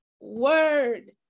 word